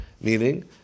Meaning